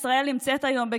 אני מציע לך לא להגן על זה,